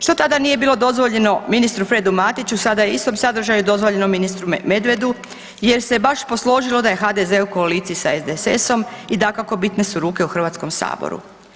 Što tada nije bilo dozvoljeno ministru Fredu Matiću sada je u istom sadržaju dozvoljeno ministru Medvedu, jer se baš posložilo da je HDZ u koaliciji sa SDSS-om i dakako bitne su ruke u Hrvatskom saboru.